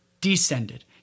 descended